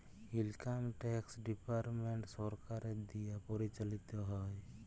income tax department সরকারের দিয়া পরিচালিত হ্যয়